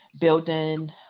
building